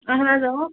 اَہن حظ اۭں